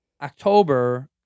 October